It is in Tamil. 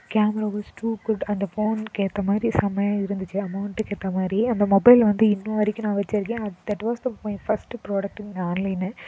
கேமரா வாஸ் டூ குட் அந்த ஃபோனுக்கு ஏற்ற மாதிரி செம்மையாக இருந்திச்சு அமௌண்ட்டுக்கு ஏற்ற மாதிரி அந்த மொபைல் வந்து இன்ன வரைக்கும் நான் வச்சிருக்கேன் ஆ that was the my first product in online